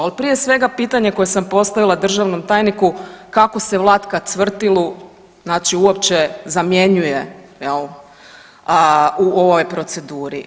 Al prije svega pitanje koje sam postavila državnom tajniku kako se Vlatka Cvrtilu znači uopće zamjenjuje jel u ovoj proceduri.